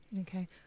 Okay